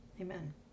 amen